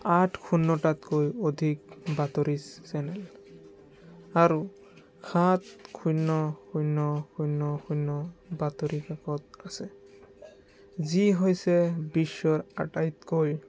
আঠ শূন্যটাতকৈ অধিক বাতৰি চেনেল আৰু সাত শূন্য শূন্য শূন্য শূন্য বাতৰি কাকত আছে যি হৈছে বিশ্বৰ আটাইতকৈ